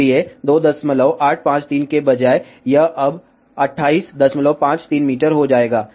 इसलिए 2853 के बजाय यह अब 2853 मीटर हो जाएगा